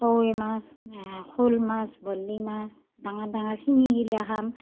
কাৱৈ মাছ শ'ল মাছ বৰ্লী মাছ ডাঙৰ ডাঙৰ শিঙি গিলাখান